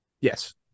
Yes